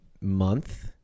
month